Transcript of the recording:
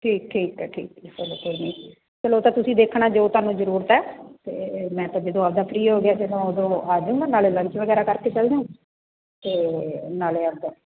ਠੀਕ ਠੀਕ ਹੈ ਠੀਕ ਚਲੋ ਕੋਈ ਨਹੀਂ ਚਲੋ ਉਹ ਤਾਂ ਤੁਸੀਂ ਦੇਖਣਾ ਜੋ ਤੁਹਾਨੂੰ ਜ਼ਰੂਰਤ ਹੈ ਅਤੇ ਮੈਂ ਤਾਂ ਜਦੋਂ ਆਪਣਾ ਫਰੀ ਹੋ ਗਿਆ ਫਿਰ ਮੈਂ ਉਦੋਂ ਆਜੂਗਾ ਨਾਲੇ ਲੰਚ ਵਗੈਰਾ ਕਰਕੇ ਚਲ ਜਾ ਅਤੇ ਨਾਲੇ ਆਪਣਾ